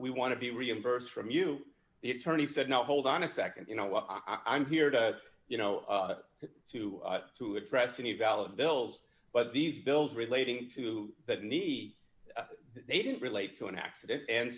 we want to be reimbursed from you the attorney said now hold on a nd you know what i'm here to you know to to address any valid bills but these bills relating to that need they didn't relate to an accident and